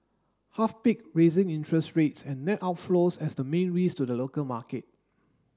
half picked raising interest rates and net outflows as the main risk to the local market